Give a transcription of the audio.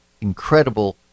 incredible